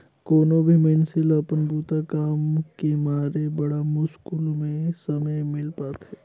कोनो भी मइनसे ल अपन बूता काम के मारे बड़ा मुस्कुल में समे मिल पाथें